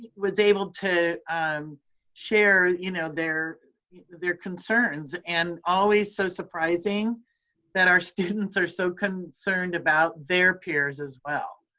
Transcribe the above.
ah was able to share you know their their concerns and always so surprising that our students are so concerned about their peers as well.